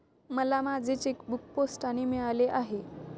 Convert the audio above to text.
मला माझे चेकबूक पोस्टाने मिळाले आहे